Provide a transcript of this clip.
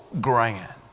grand